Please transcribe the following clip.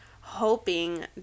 hoping